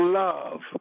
love